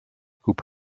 coupe